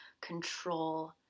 control